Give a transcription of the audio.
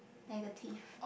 negative